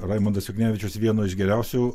raimundas juknevičius vieno iš geriausių